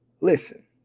listen